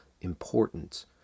important